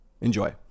Enjoy